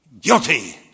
Guilty